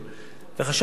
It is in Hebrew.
חשבתי כבר אז